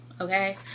okay